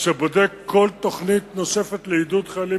שבודק כל תוכנית נוספת לעידוד חיילים